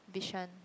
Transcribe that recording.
Bishan